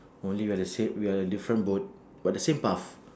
only we are the same we are a different boat but the same path